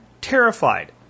terrified